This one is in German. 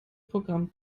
programm